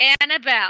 Annabelle